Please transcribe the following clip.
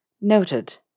Noted